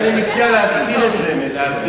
לכן אני מציע להסיר את זה מסדר-היום.